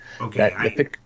okay